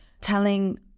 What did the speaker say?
telling